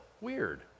Weird